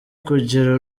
kugira